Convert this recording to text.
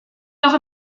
noch